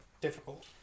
difficult